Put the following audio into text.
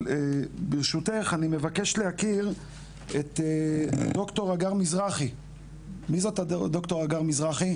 ברשותך, אני מבקש להכיר את דר' הגר מזרחי.